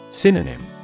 Synonym